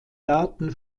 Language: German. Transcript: daten